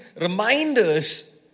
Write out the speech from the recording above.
reminders